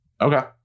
Okay